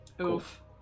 Oof